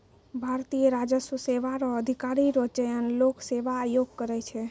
भारतीय राजस्व सेवा रो अधिकारी रो चयन लोक सेवा आयोग करै छै